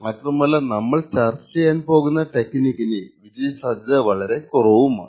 മാത്രമല്ല നമ്മൾ ചർച്ച ചെയ്യാൻ പോകുന്ന ടെക്നിക്കിന് വിജയ സാധ്യത വളരെ കുറവുമാണ്